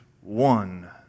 One